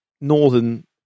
northern